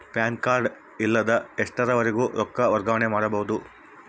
PAN card ಇಲ್ಲದ ಎಷ್ಟರವರೆಗೂ ರೊಕ್ಕ ವರ್ಗಾವಣೆ ಮಾಡಬಹುದು?